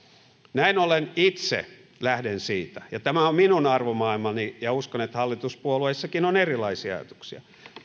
näin ollen itse lähden siitä ja tämä on minun arvomaailmani ja uskon että hallituspuolueissakin on erilaisia ajatuksia